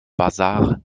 basar